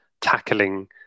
tackling